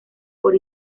por